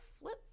flip